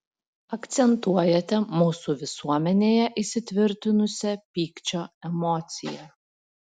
akcentuojate mūsų visuomenėje įsitvirtinusią pykčio emociją